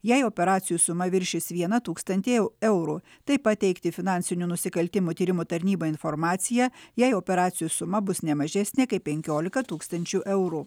jei operacijų suma viršys vieną tūkstantį eu eurų taip pat teikti finansinių nusikaltimų tyrimo tarnybai informaciją jei operacijų suma bus ne mažesnė kaip penkiolika tūkstančių eurų